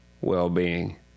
well-being